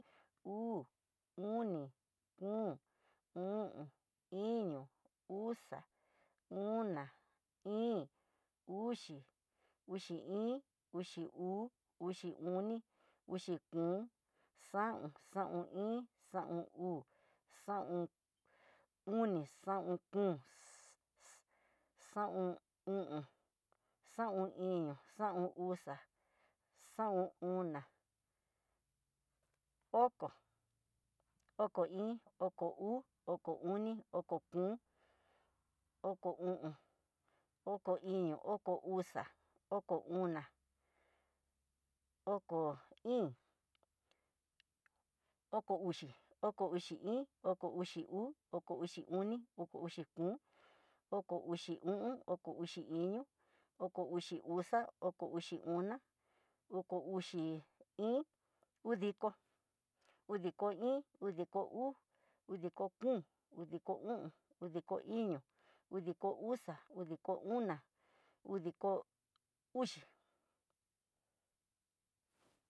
Uu, oni, kom, o'on, iño, uxa, ona, íín, uxi, uxi iin, uxi uu, uxi oni, uxi kom, xaon, xaon iin, xaon uu, xaon oni, xaon kom, xaon o'on, xaon iño, xaun uxa, xaun oná, oko, oko iin, oko uu, oko oni, oko kom, oko o'on, oko iño, oko uxa, oko oná, oko íín, oko uxi, oko uxi iin, oko uxi uu, oko uxi kom, oko uxi o'on, oko uxi iño, oko uxi uxa, oko uxi ona, oko uxi íín, udiko, udiko iin, udiko uu, udiko kom, uko o'on, udiko iño, udiko uxa, udiko uná, udiko uxi.